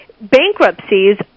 bankruptcies